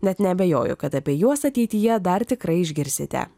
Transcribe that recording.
net neabejoju kad apie juos ateityje dar tikrai išgirsite